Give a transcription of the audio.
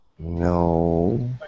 No